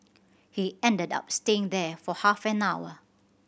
he ended up staying there for half an hour